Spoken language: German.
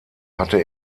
hatte